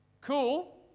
cool